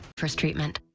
first treatment.